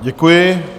Děkuji.